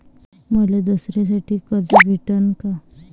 मले दसऱ्यासाठी कर्ज भेटन का?